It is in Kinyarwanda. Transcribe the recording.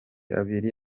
abiri